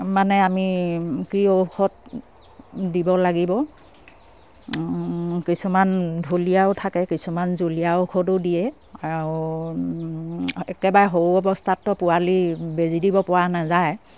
মানে আমি কি ঔষধ দিব লাগিব কিছুমান ঢুলীয়াও থাকে কিছুমান জুলীয়া ঔষধো দিয়ে আৰু একেবাৰে সৰু অৱস্থাতটো পোৱালি বেজি দিব পৰা নাযায়